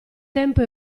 tempo